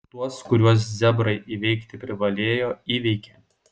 tuos kuriuos zebrai įveikti privalėjo įveikė